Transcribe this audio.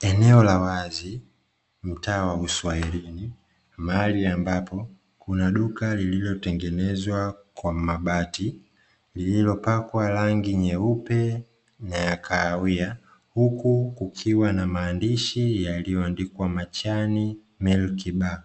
Eneo la wazi mtaa wa uswahilini, mahali ambapo kuna duka lililotengenezwa kwa mabati, lililopakwa rangi nyeupe na ya kahawia, huku kukiwa na maandishi yaliyoandikwa "MACHANI MILK BAR".